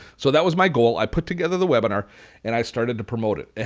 so that was my goal. i put together the webinar and i started to promote it. ah